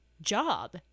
job